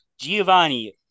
Giovanni